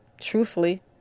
Truthfully